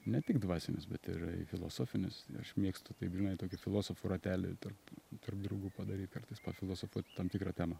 ne tik dvasinius bet ir filosofinius aš mėgstu taip žinai tokį filosofų ratelį tarp tarp draugų padaryt kartais pafilosofuot tam tikrą temą